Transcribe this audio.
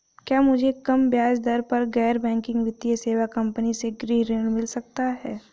क्या मुझे कम ब्याज दर पर गैर बैंकिंग वित्तीय सेवा कंपनी से गृह ऋण मिल सकता है?